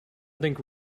think